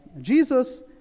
Jesus